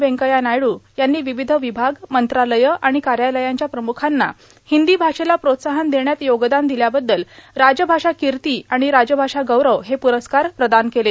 वेंकय्या नायडू यांनी विविध विभाग मंत्रालयं आणि कार्यालयांच्या प्रमुखांना हिंदी भाषेला प्रोत्साहन देण्यात योगदान दिल्याबद्दल राजभाषा किर्ती आणि राजभाषा गौरव हे पुरस्कार प्रदान केले